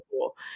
cool